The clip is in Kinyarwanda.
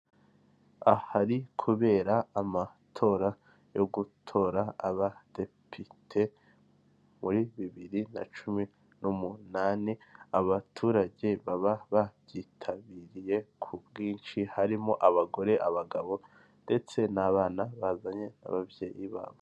Ahari kubera amatora yo gutora abadepite muri bibiri na cumi n'umunani abaturage baba babyitabiriye ku bwinshi harimo abagore, abagabo ndetse n'abana bazanye n'ababyeyi babo.